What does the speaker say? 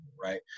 right